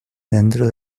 dentro